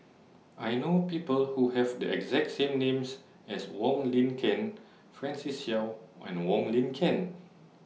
I know People Who Have The exact name as Wong Lin Ken Francis Seow and Wong Lin Ken